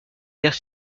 guerre